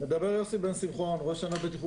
נלחמים יום-יום על שמירת חיי